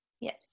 Yes